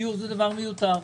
גיור זה דבר מיותר.